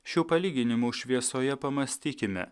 šių palyginimų šviesoje pamąstykime